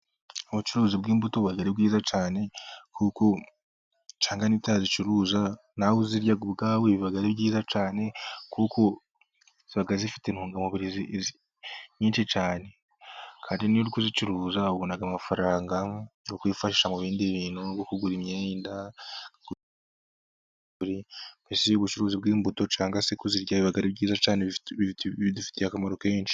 Ubucuruzi bw'imbuto buba ari bwiza cyane kuko bituma iyo nawe uzicuruza nawe uzirya ubwawe, biba ari byiza cyane kuko ziba zifite intungamubiri nyinshi cyane, abari kuzicuruza babona amafaranga yo kuyifasha mu bindi bintu kugura imyenda. Ubucuruzi bw'imbuto cyane se kuzirya biba ari byiza cyane bidufitiye akamaro kenshi.